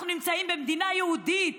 אנחנו נמצאים במדינה יהודית.